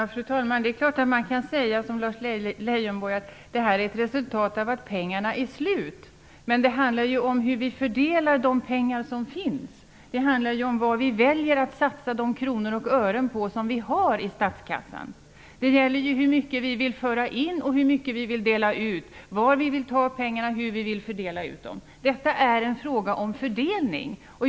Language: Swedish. Fru talman! Det är klart att man kan säga, som Lars Leijonborg gör, att det här är ett resultat av att pengarna är slut. Men det handlar ju om hur vi fördelar de pengar som finns. Det handlar ju om vad vi väljer att satsa de kronor och ören på som vi har i statskassan. Det handlar ju om hur mycket vi vill föra in och hur mycket vi vill dela ut, var vi vill ta pengarna och hur vi vill fördela dem. Detta är en fråga om fördelning.